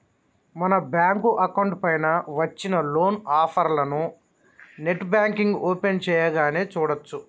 మన bank account పైన వచ్చిన లోన్ ఆఫర్లను నెట్ బ్యాంకింగ్ ఓపెన్ చేయగానే చూడచ్చు